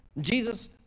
jesus